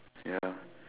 ya